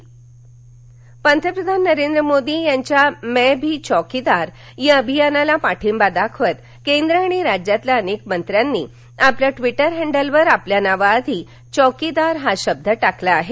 चौकीदार पंतप्रधान नरेंद्र मोदी यांच्या में भी चौकीदार या अभियानाला पाठींबा दाखवत केंद्र आणि राज्यातल्या अनेक मंत्र्यांनी आपल्या ट्वीटर हँडलवर आपल्या नावाआधी चौकीदार हा शब्द टाकला आहे